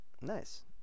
Nice